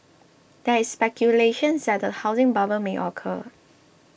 there is speculation that a housing bubble may occur